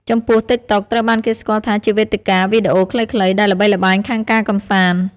ចំពោះ តិកតុក ត្រូវបានគេស្គាល់ថាជាវេទិកាវីដេអូខ្លីៗ ដែលល្បីល្បាញខាងការកម្សាន្ត។